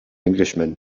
englishman